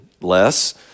less